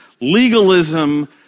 Legalism